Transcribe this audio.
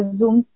Zoom